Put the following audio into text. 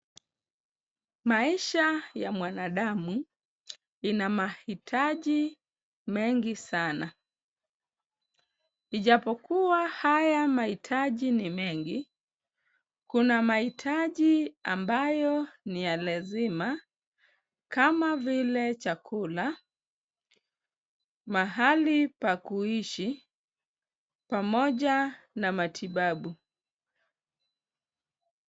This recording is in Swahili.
Maisha ya mwanadamu ina mahitaji mengi sana. Ijapokuwa haya mahitaji ni mengi, kuna mahitaji ambayo ni ya lazima, kama vile chakula, mahali pa kuishi pamoja na matibabu.